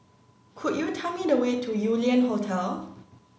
could you tell me the way to Yew Lian Hotel